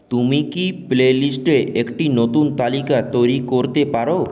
তুমি কি প্লেলিস্টে একটি নতুন তালিকা তৈরি করতে পারো